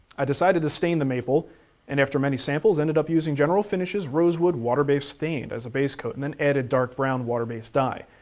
i decided to stain the maple and after many samples ended up using general finishes rosewood water-based stain as a base coat and then added dark brown water-based dye.